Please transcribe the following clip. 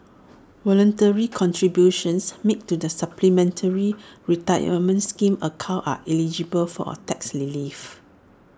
voluntary contributions made to the supplementary retirement scheme account are eligible for A tax relief